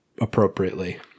appropriately